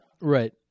Right